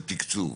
התקצוב.